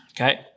Okay